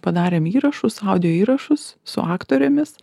padarėm įrašus audio įrašus su aktorėmis